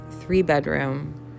three-bedroom